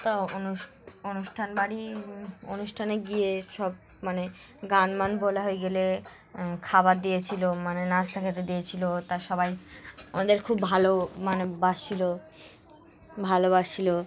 তা অনু অনুষ্ঠান বাড়ি অনুষ্ঠানে গিয়ে সব মানে গান মান বলা হয়ে গেলে খাবার দিয়েছিলো মানে নাস্তা খেতে দিয়েছিলো তা সবাই ওদের খুব ভালো মানে বাসছিলো ভালোবাসছিলো